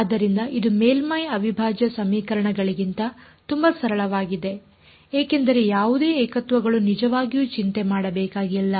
ಆದ್ದರಿಂದ ಇದು ಮೇಲ್ಮೈ ಅವಿಭಾಜ್ಯ ಸಮೀಕರಣಗಳಿಗಿಂತ ತುಂಬಾ ಸರಳವಾಗಿದೆ ಏಕೆಂದರೆ ಯಾವುದೇ ಏಕತ್ವಗಳು ನಿಜವಾಗಿಯೂ ಚಿಂತೆ ಮಾಡಬೇಕಾಗಿಲ್ಲ